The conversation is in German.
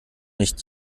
nicht